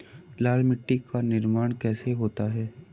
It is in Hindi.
लाल मिट्टी का निर्माण कैसे होता है?